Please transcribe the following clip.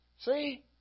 see